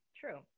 True